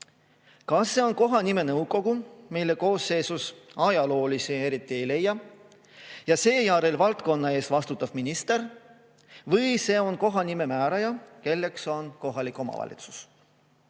Kas see on kohanimenõukogu, mille koosseisus ajaloolasi eriti ei leia, ja seejärel valdkonna eest vastutav minister või see on kohanimemääraja, kelleks on kohalik omavalitsus? Jah,